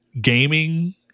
gaming